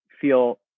feel